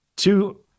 Two